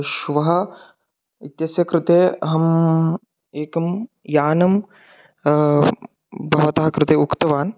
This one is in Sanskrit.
श्वः इत्यस्य कृते अहम् एकं यानं भवतः कृते उक्तवान्